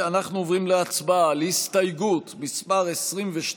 אנחנו עוברים להצבעה על הסתייגות מס' 22,